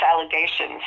allegations